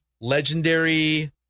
legendary